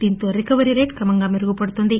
దీనితో recovery rate క్రమంగా మెరుగుపడుతోంది